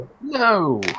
No